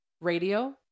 radio